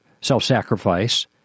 Self-sacrifice